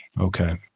Okay